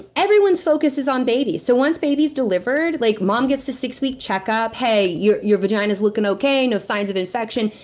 everyone's focus is on baby. so once baby's delivered, like mom gets the six week checkup. hey, your your vagina's looking okay. no signs of infection.